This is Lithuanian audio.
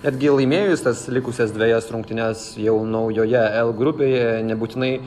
netgi laimėjus tas likusias dvejas rungtynes jau naujoje l grupėje nebūtinai